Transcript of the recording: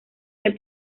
que